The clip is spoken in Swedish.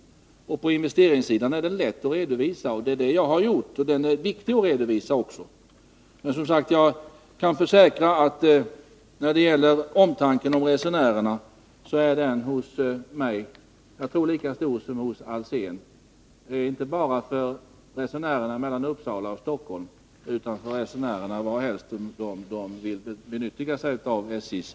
Historien på investeringssidan är lätt att redovisa, och den är också viktig att redovisa, och det är det jag har gjort. Men jag kan försäkra att min omtanke om resenärerna är lika stor som Hans Alséns, och den gäller inte bara resenärerna mellan Uppsala och Stockholm utan alla de resenärer som vill använda sig av SJ:s tjänster, varhelst det vara månde.